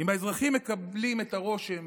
אם האזרחים מקבלים את הרושם